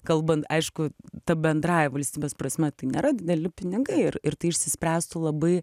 kalbant aišku ta bendrąja valstybės prasme tai nėra dideli pinigai ir ir tai išsispręstų labai